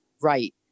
right